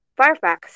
Firefox